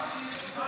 סגנים.